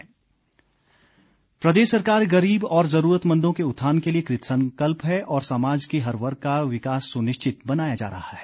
बिक्रम ठाकुर प्रदेश सरकार गरीब और जरूरतमंदो के उत्थान के लिए कृतसंकल्प है और समाज के हर वर्ग का विकास सुनिश्चित बनाया जा रहा है